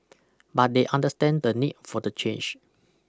but they understand the need for the change